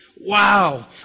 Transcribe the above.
Wow